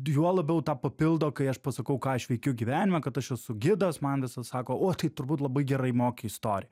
juo labiau tą papildo kai aš pasakau ką aš veikiu gyvenime kad aš esu gidas man visad sako o tai turbūt labai gerai moki istoriją